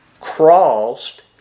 crossed